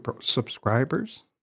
subscribers